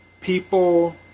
People